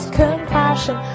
compassion